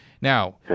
Now